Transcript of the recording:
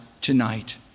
tonight